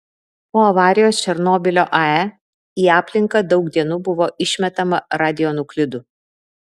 po avarijos černobylio ae į aplinką daug dienų buvo išmetama radionuklidų